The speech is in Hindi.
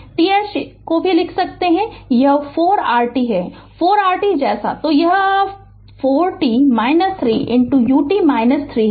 th लिख सकते हैं यह 4 rt है 4 rt जैसा है